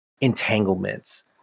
entanglements